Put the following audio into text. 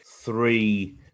three